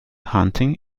hunting